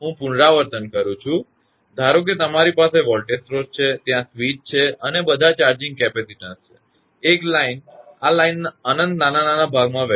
હું પુનરાવર્તન કરું છું ધારો કે તમારી પાસે વોલ્ટેજ સ્રોત છે ત્યાં સ્વીચ છે અને આ બધા ચાર્જિંગ કેપેસિટીન્સ છે એક લાઇન આ લાઇન અનંત નાના નાના ભાગમાં વહેંચાયેલ છે